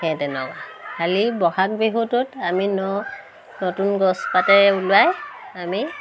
সেই তেনেকুৱা খালি ব'হাগ বিহুটোত আমি ন নতুন গছ পাতে ওলাই আমি